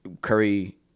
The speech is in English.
Curry